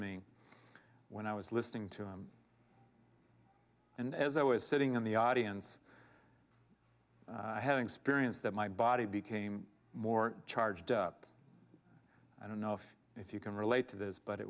me when i was listening to him and as i was sitting in the audience i had experience that my body became more charged up i don't know if if you can relate to this but it